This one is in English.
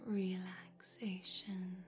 relaxation